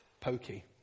pokey